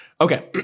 Okay